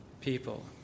people